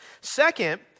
Second